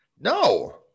No